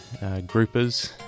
groupers